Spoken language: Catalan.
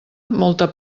molta